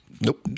Nope